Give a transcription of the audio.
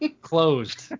Closed